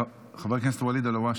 חבר הכנסת ואליד אלהואשלה.